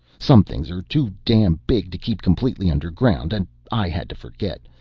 some things are too damn big to keep completely underground. and i had to forget!